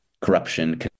corruption